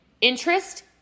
interest